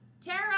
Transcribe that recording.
Tara